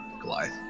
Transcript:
goliath